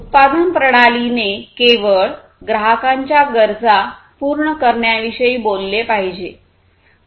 उत्पादन प्रणालीने केवळ ग्राहकांच्या गरजा पूर्ण करण्याविषयी बोलले पाहिजे